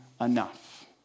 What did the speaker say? enough